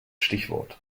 stichwort